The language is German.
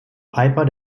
piper